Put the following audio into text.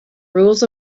rules